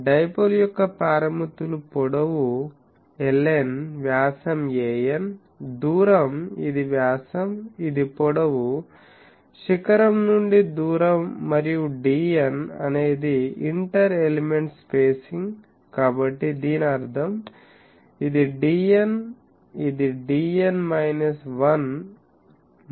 dipole యొక్క పారామితులు పొడవు ln వ్యాసం an దూరం ఇది వ్యాసం ఇది పొడవు శిఖరం నుండి దూరం మరియు dn అనేది ఇంటర్ ఎలిమెంట్ స్పేసింగ్ కాబట్టి దీని అర్థం ఇది dn ఇది dn మైనస్ 1 మొదలైనవి